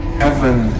Heaven